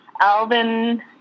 Alvin